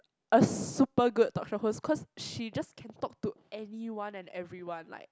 a super good talk show host cause she can just talk to anyone and everyone like